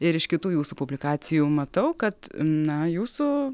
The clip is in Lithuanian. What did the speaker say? ir iš kitų jūsų publikacijų matau kad na jūsų